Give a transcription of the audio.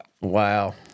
Wow